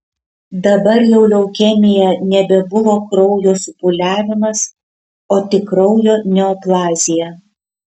dabar jau leukemija nebebuvo kraujo supūliavimas o tik kraujo neoplazija